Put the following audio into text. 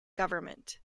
government